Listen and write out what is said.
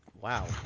Wow